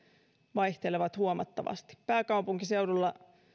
vaihtelevat huomattavasti pääkaupunkiseudulla